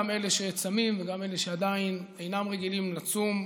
גם אלה שצמים וגם אלה שעדיין אינם רגילים לצום,